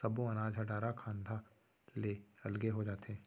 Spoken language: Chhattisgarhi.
सब्बो अनाज ह डारा खांधा ले अलगे हो जाथे